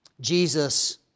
Jesus